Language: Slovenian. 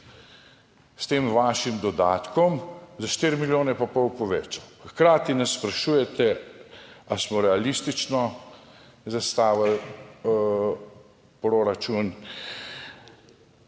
s tem vašim dodatkom za 4 milijone pa pol povečal, pa hkrati nas sprašujete ali smo realistično zastavili proračun,